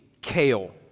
kale